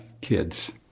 kids